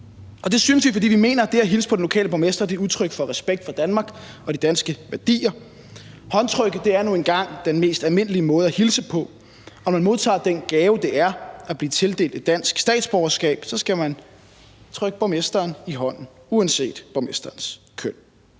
Det synes vi, fordi vi mener, at det at hilse på den lokale borgmester er udtryk for respekt for Danmark og de danske værdier. Håndtrykket er nu engang den mest almindelige måde at hilse på, og når man modtager den gave, det er at blive tildelt dansk statsborgerskab, skal man trykke borgmesteren i hånden uanset borgmesterens køn.